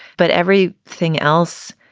but every thing else,